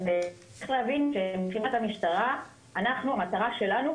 אז צריך להבין שמבחינת המשטרה המטרה שלנו